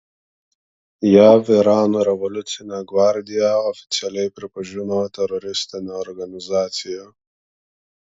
jav irano revoliucinę gvardiją oficialiai pripažino teroristine organizacija